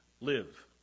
live